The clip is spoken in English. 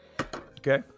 Okay